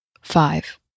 five